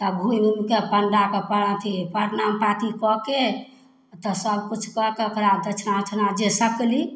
तब घुमि उमिके पण्डाके पर अथी परनाम पाती कऽके तऽ सबकिछु कऽ कऽ ओकरा दक्षिणा उक्षिणा जे सकली